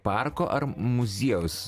parko ar muziejaus